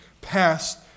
past